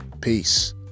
Peace